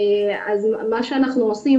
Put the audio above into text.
אז מה שאנחנו עושים,